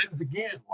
again